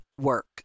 work